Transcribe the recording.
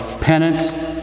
Penance